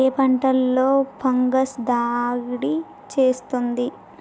ఏ పంటలో ఫంగస్ దాడి చేస్తుంది?